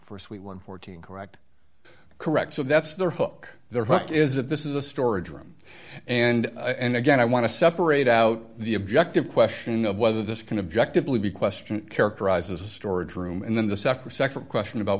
for us we won fourteen correct correct so that's the hook there what is it this is a storage room and and again i want to separate out the objective question of whether this can objective be questioned characterized as a storage room and then this after nd question about